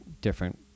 different